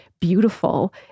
beautiful